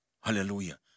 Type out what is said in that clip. Hallelujah